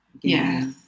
Yes